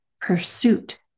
pursuit